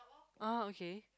oh okay